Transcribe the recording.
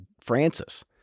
Francis